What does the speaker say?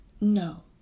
No